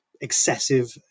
excessive